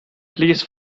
please